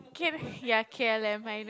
K ya K L M I know